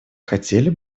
хотели